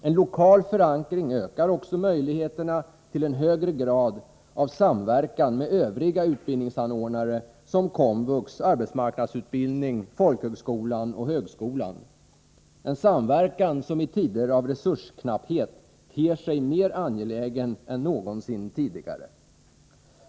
En lokal förankring ökar också möjligheterna till en högre grad av samverkan med övriga utbildningsanordnare som komvux, AMU, folkhögskolan och högskolan — en samverkan som i tider av resursknapphet ter sig mer angelägen än någonsin tidigare.